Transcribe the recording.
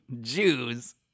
Jews